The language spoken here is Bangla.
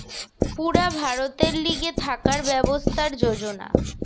পুরা ভারতের লিগে থাকার ব্যবস্থার যোজনা